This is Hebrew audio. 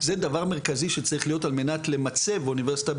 זה דבר מרכזי שצריך להיות על מנת למצב אוניברסיטה,